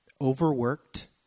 overworked